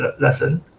lesson